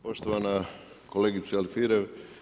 Poštovana kolegice Alfirev.